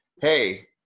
hey